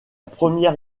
première